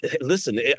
listen